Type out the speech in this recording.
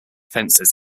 fences